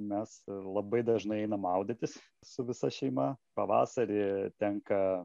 mes labai dažnai einam maudytis su visa šeima pavasarį tenka